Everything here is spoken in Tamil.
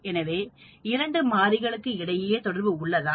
எனவே 2 மாரிகளுக்கு இடையே தொடர்பு உள்ளதா